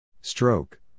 Stroke